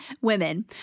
women